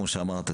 כמו שאמרת,